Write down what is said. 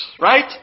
right